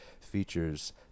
features